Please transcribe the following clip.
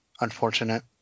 unfortunate